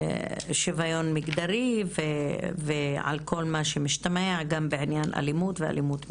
שוויון מגדרי ועל כל מה שמשתמע בעניין אלימות ואלימות מינית.